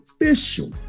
official